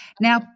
Now